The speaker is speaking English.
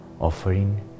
offering